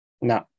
No